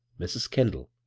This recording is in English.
mrs. kendall,